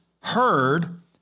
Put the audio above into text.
heard